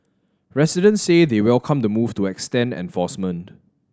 residents say they welcome the move to extend enforcement